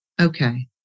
Okay